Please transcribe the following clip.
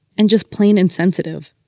and just plain insensitive.